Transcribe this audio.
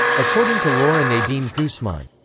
according to laura nadine coussement.